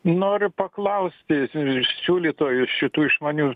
noriu paklausti iš siūlytojų šitų išmanių